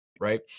right